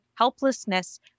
Helplessness